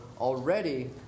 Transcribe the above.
already